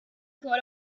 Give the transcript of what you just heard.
got